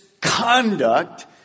conduct